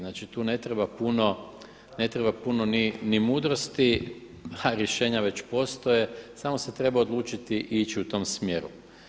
Znači tu ne treba puno ni mudrosti, ha rješenja već postoje, samo se treba odlučiti i ići u tom smjeru.